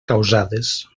causades